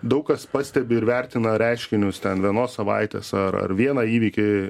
daug kas pastebi ir vertina reiškinius ten vienos savaitės ar ar vieną įvykį